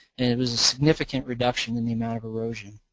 and it was a significant reduction in the amount of erosion.